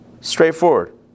Straightforward